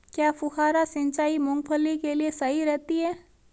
क्या फुहारा सिंचाई मूंगफली के लिए सही रहती है?